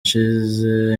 nshyize